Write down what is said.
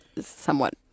somewhat